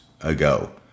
ago